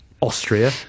Austria